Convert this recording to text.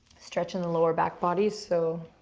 stretch in the lower back body. so,